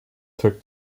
took